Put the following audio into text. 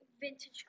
vintage